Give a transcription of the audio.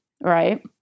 right